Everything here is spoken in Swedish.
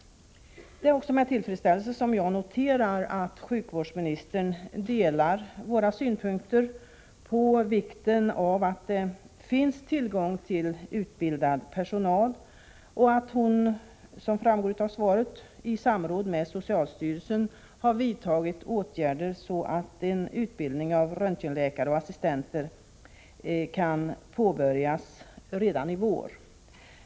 Det är med tillfredsställelse jag noterar att sjukvårdsministern ansluter sig till våra synpunkter på vikten av att det finns tillgång till utbildad personal och att hon, som framgår av svaret, i samråd med socialstyrelsen vidtagit åtgärder, så att utbildning av röntgenläkare och assistenter kan påbörjas redan i vår.